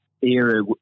era